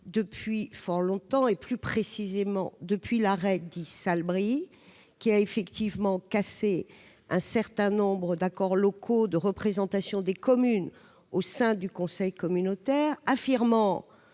depuis fort longtemps, et plus précisément depuis la décision, qui a effectivement cassé un certain nombre d'accords locaux de représentation des communes au sein des conseils communautaires,